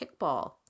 kickball